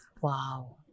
Wow